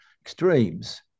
extremes